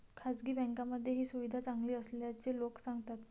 खासगी बँकांमध्ये ही सुविधा चांगली असल्याचे लोक सांगतात